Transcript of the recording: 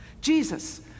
Jesus